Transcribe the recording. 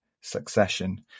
succession